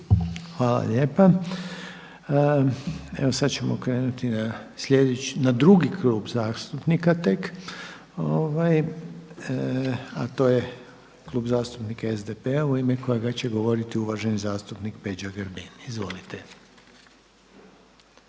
Hvala lijepa. Evo, sada ćemo krenuti na drugi klub zastupnika tek, a to je Klub zastupnika SDP-a u ime kojega će govoriti uvaženi zastupnik Peđa Grbin. Izvolite.